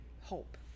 hope